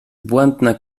błędne